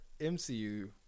mcu